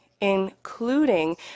including